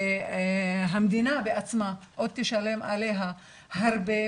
שהמדינה בעצמה עוד תשלם עליה הרבה,